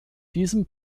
diesem